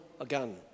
again